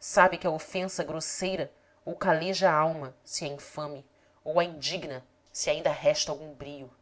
sabe que a ofensa grosseira ou caleja a alma se é infame ou a indigna se ainda resta algum brio